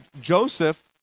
Joseph